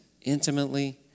intimately